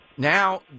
now